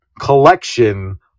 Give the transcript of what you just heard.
collection